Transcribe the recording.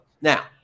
Now